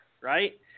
right